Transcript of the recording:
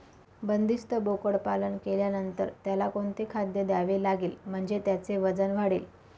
बंदिस्त बोकडपालन केल्यानंतर त्याला कोणते खाद्य द्यावे लागेल म्हणजे त्याचे वजन वाढेल?